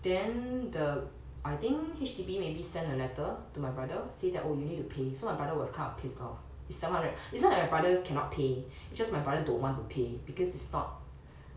then the I think H_D_B may be sent a letter to my brother say that oh you need to pay so my brother was kind of pissed off it's seven hundred it's not that my brother cannot pay it's just my brother don't want to pay because it's not